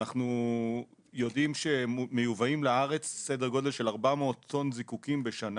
אנחנו יודעים שמיובאים לארץ סדר גודל של 400 טון זיקוקין בשנה